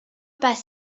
pas